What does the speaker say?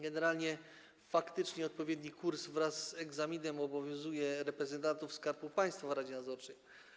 Generalnie faktycznie odpowiedni kurs wraz z egzaminem obowiązuje reprezentantów Skarbu Państwa w radzie nadzorczej.